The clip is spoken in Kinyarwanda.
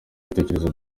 ibitekerezo